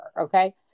Okay